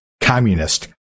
communist